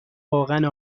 واقعا